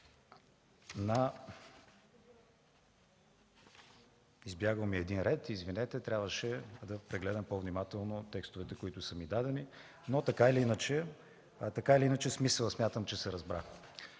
Избягал ми е един ред тук, извинете, трябваше да прегледам по-внимателно текстовете, които са ми дадени, но, така или иначе, смятам, че смисълът се разбра.